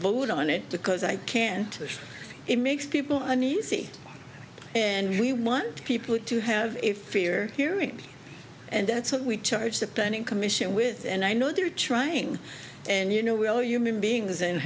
vote on it because i can't it makes people uneasy and we want people to have a fear hearing and that's what we charge the planning commission with and i know they're trying and you know we're all human beings and